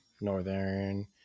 northern